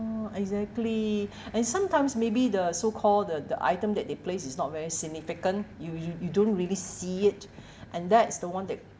exactly and sometimes maybe the so called the the item that they place is not very significant you you you don't really see it and that's the one they